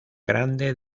grande